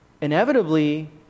inevitably